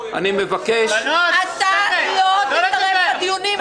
------ אתה לא תתערב בדיונים.